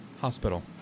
Hospital